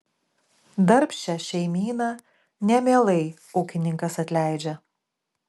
darbščią šeimyną nemielai ūkininkas atleidžia